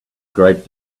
great